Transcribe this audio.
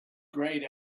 grayed